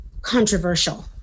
controversial